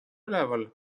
üleval